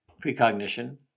precognition